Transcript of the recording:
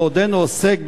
ועודנו עוסק,